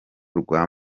rwa